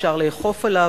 אפשר לאכוף עליו,